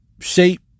shape